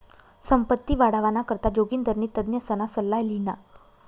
संपत्ती वाढावाना करता जोगिंदरनी तज्ञसना सल्ला ल्हिना